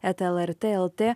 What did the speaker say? eta lrt lt